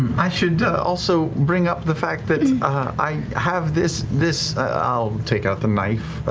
i should also bring up the fact that i have this this i'll take out the knife.